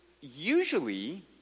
usually